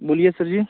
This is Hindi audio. बोलिए सर जी